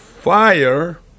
fire